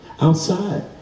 outside